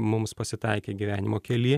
mums pasitaikė gyvenimo kely